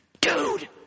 Dude